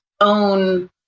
own